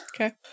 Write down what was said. Okay